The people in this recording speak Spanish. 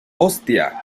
hostia